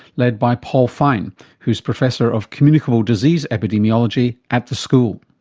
led by paul fine who's professor of communicable disease epidemiology at the school.